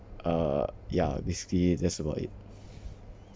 uh yeah basically that's about it